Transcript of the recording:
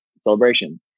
celebration